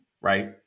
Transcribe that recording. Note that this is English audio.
right